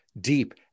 deep